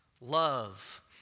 Love